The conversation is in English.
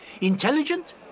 Intelligent